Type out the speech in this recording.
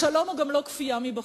שלום הוא גם לא כפייה מבחוץ.